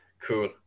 cool